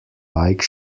bike